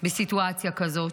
בסיטואציה כזאת?